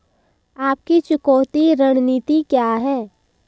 आपकी चुकौती रणनीति क्या है?